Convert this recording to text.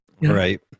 Right